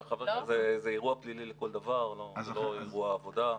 זה אירוע פלילי לכל דבר, לא אירוע עבודה.